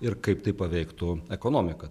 ir kaip tai paveiktų ekonomiką